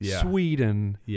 Sweden